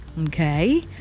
Okay